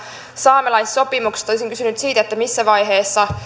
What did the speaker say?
saamelaissopimuksesta olisin kysynyt siitä missä vaiheessa